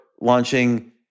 launching